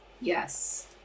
Yes